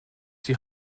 die